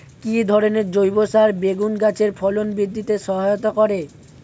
কি ধরনের জৈব সার বেগুন গাছে ফলন বৃদ্ধিতে সহায়তা করে?